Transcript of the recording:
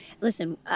listen